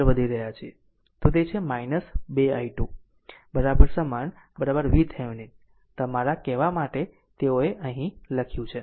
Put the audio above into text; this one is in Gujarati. તો તે છે 2 i2 સમાન VThevenin તમારા કહેવા માટે તેઓએ અહીં લખ્યું છે